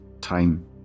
time